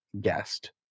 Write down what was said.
guest